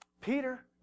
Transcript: Peter